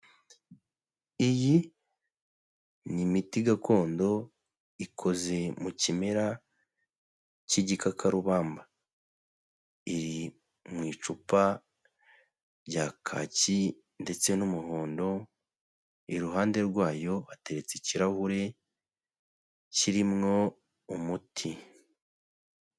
Iyi ni imiti gakondo ikoze mu kimera cy'igikakarubamba, iri mu icupa rya kaki ndetse n'umuhondo, iruhande rwayo hateretse ikirahure kirimwo umuti.